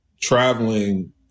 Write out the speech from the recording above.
traveling